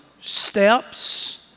steps